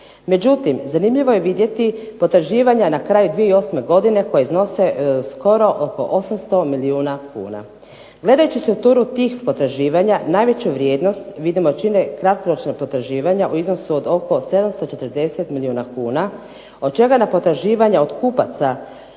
Međutim, zanimljivo je vidjeti potraživanja na kraju 2008. godine koje iznose skoro oko 800 milijuna kuna. Gledajući strukturu tih potraživanja najveća vrijednost vidimo čine kratkoročna potraživanja u iznosu od oko 740 milijuna kuna od čega na potraživanja od kupaca